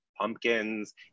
pumpkins